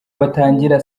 batangira